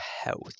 health